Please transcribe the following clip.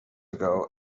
ago